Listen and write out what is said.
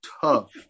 Tough